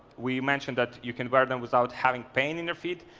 we mentioned that you can wear them without having pain in your feet.